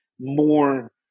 more